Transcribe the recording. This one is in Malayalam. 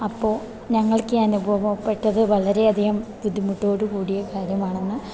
അപ്പം ഞങ്ങൾക്ക് ഈ അനുഭവപ്പെട്ടത് വളരെ അധികം ബുദ്ധിമുട്ടോടു കൂടിയ കാര്യമാണെന്ന്